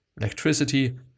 electricity